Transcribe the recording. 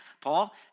Paul